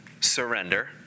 surrender